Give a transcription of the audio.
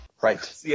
Right